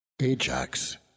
ajax